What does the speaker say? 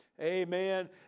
Amen